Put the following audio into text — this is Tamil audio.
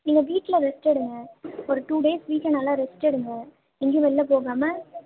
நீங்கள் வீட்டில் ரெஸ்ட் எடுங்க ஒரு டூ டேஸ் வீட்டில் நல்லா ரெஸ்ட் எடுங்க எங்கேயும் வெளில போகாமல்